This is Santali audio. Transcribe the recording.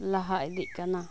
ᱞᱟᱦᱟ ᱤᱫᱤᱜ ᱠᱟᱱᱟ